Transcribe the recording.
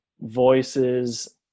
voices